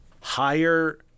higher